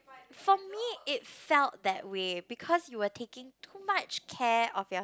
for me it felt that way because you were taking too much care of your